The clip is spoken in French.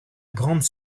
grande